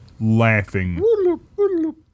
laughing